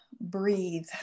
breathe